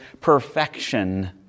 perfection